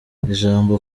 ijambo